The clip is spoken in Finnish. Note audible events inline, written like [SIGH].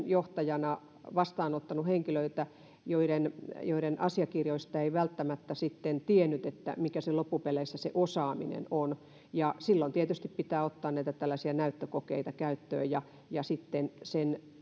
[UNINTELLIGIBLE] johtajana vastaanottanut henkilöitä joiden joiden asiakirjoista ei välttämättä sitten tiennyt mikä se osaaminen loppupeleissä on silloin tietysti pitää ottaa näitä tällaisia näyttökokeita käyttöön ja ja sitten